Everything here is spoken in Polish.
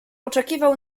oczekiwał